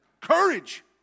Courage